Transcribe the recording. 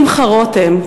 שמחה רותם,